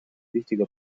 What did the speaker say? wichtiger